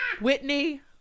Whitney